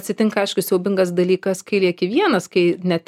atsitinka aišku siaubingas dalykas kai lieki vienas kai net